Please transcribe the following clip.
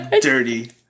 dirty